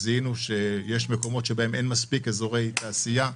אם זיהינו שיש מקומות שבהם אין מספיק אזורי תעשייה,